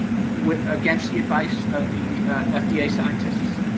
with against the advice of the fda scientists?